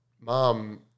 mom